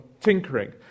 tinkering